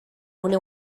une